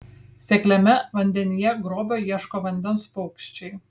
sekliame vandenyje grobio ieško vandens paukščiai